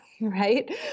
Right